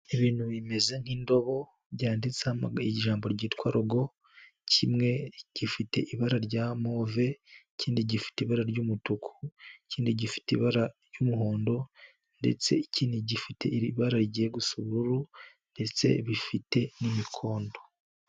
Ibintu bimeze nk'indobo byanditsemo ijambo ryitwa rogo. Kimwe gifite ibara rya move, ikindi gifite ibara ry'umutuku, ikindi gifite ibara ry'umuhondo ndetse ikindi gifite ibara rigiye gusa ubururu ndetse bifite n'imikondo.